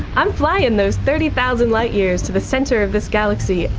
i'm flying those thirty thousand light-years to the centre of this galaxy,